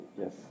Yes